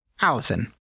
Allison